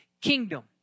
kingdom